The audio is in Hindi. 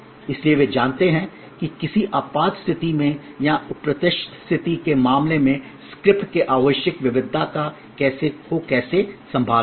इसलिए वे जानते हैं कि किसी आपात स्थिति में या अप्रत्याशित स्थिति के मामले में स्क्रिप्ट में आवश्यक विविधता को कैसे संभालना है